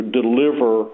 deliver